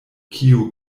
kiu